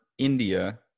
India